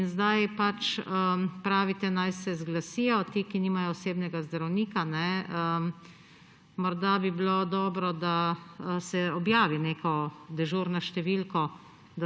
Zdaj pravite, naj se zglasijo ti, ki nimajo osebnega zdravnika. Morda bi bilo dobro, da se objavi neka dežurna številka,